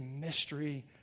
mystery